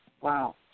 wow